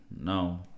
no